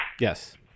Yes